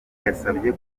yasabye